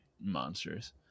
monsters